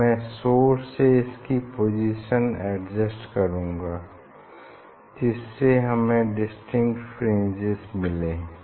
मैं सोर्स से इसकी पोजीशन एडजस्ट करूँगा जिससे हमें डिस्टिंक्ट फ्रिंजेस मिल जाएं